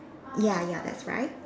ya ya that's right